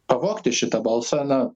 pavogti šitą balsą na